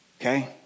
okay